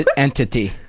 and entity.